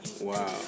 Wow